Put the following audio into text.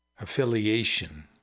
affiliation